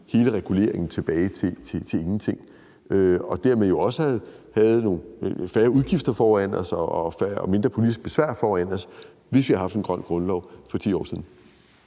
hele reguleringen tilbage til ingenting, og dermed jo også havde haft nogle færre udgifter og noget mindre politisk besvær foran os, hvis vi havde haft en grøn grundlov for 10 år siden?